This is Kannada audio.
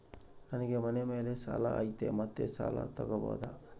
ನನಗೆ ಮನೆ ಮೇಲೆ ಸಾಲ ಐತಿ ಮತ್ತೆ ಸಾಲ ತಗಬೋದ?